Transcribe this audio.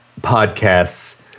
podcasts